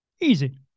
easy